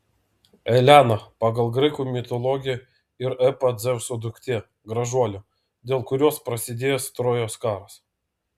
elena pagal graikų mitologiją ir epą dzeuso duktė gražuolė dėl kurios prasidėjęs trojos karas